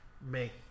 make